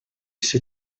всё